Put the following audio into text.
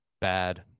bad